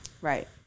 Right